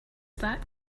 that